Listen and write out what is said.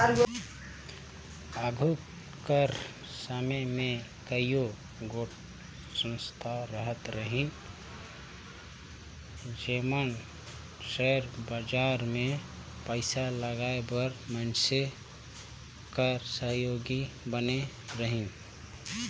आघु कर समे में कइयो गोट संस्था रहत रहिन जेमन सेयर बजार में पइसा लगाए बर मइनसे कर सहयोगी बने रहिन